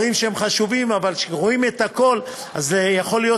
אבל כשרואים את הכול אז יכול להיות